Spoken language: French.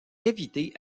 cavité